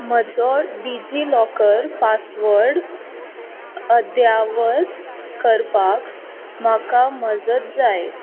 म्हजो DigiLocker password अध्यावत करपाक म्हाका मजत जाय